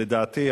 לדעתי,